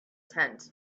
tent